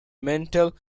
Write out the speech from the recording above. mental